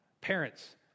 parents